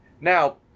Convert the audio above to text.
Now